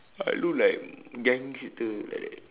I look like gangster like that